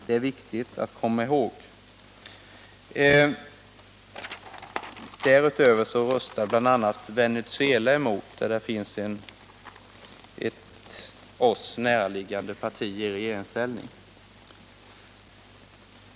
Det är viktigt att komma ihåg. Därutöver röstade bl.a. Venezuela emot lånet. Där finns ett oss närstående parti i regeringsställning.